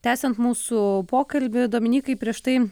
tęsiant mūsų pokalbį dominykai prieš tai